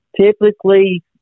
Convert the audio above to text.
Typically